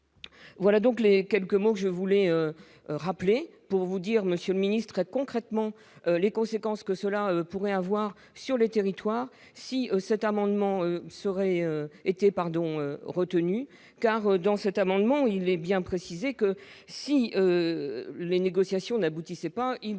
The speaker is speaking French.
Voilà donc les quelques mots que je voulais rappeler pour vous dire monsieur le ministre, concrètement les conséquences que cela pourrait avoir sur les territoires, si cet amendement serait été pardon retenue car dans cet amendement, il est bien précisé que si les négociations n'aboutissaient pas, il pourrait être mis fin au projet et